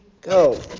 go